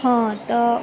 હા તો